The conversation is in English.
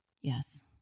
Yes